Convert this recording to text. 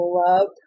love